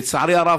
לצערי הרב,